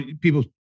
people